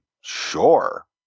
sure